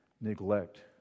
neglect